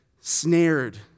snared